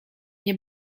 nie